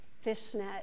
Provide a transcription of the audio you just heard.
fishnet